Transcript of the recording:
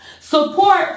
Support